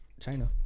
China